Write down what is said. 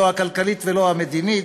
לא הכלכלית ולא המדינית.